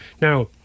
Now